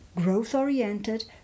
growth-oriented